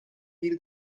biri